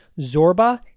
Zorba